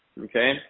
Okay